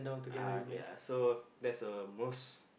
uh ya so that's a most